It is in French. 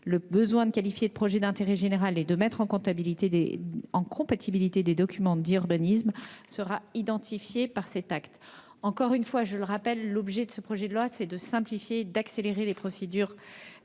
Le besoin de qualifier de projet d'intérêt général et de mettre en compatibilité des documents d'urbanisme sera identifié par cet acte. Encore une fois, je le rappelle, l'objet de ce projet de loi est de simplifier et d'accélérer les procédures